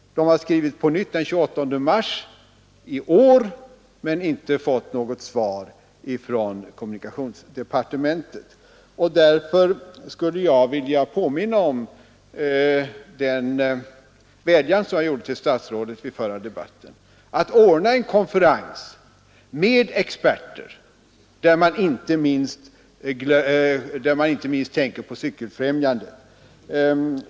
De har skrivit på nytt den 28 mars i år, men de har inte fått något svar från kommunikationsdepartementet. Därför skulle jag vilja påminna om den vädjan som jag riktade till statsrådet i den förra debatten om att ordna en konferens med experter och då inte minst tänka på Cykelfrämjandet.